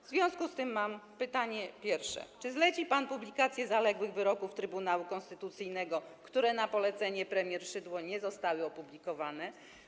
W związku z tym mam pytanie pierwsze: Czy zleci pan publikację zaległych wyroków Trybunału Konstytucyjnego, które na polecenie premier Szydło nie zostały opublikowane?